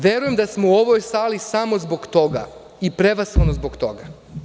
Verujem da smo u ovoj sali samo zbog toga i prevashodno zbog toga.